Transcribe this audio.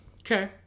Okay